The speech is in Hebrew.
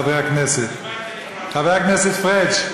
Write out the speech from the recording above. חברי הכנסת חבר הכנסת פריג',